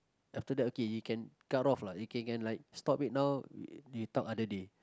after that okay you can cut off lah you can can like stop it now talk other day